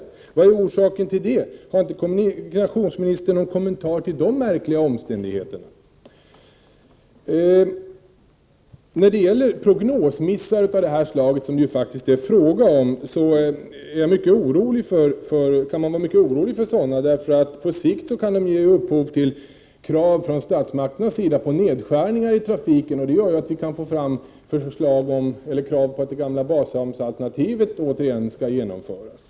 Vilken är orsaken till detta? Har inte kommunikationsministern någon kommentar till dessa märkliga omständigheter? Man kan vara mycket orolig för prognosmissar av det slag som det här faktiskt är fråga om, eftersom dessa på sikt kan ge upphov till krav från statsmakternas sida på nedskärningar i trafiken. Det innebär att exempelvis det gamla bashamnsalternativet återigen kan aktualiseras.